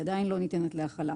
היא עדיין לא ניתנת להכלה.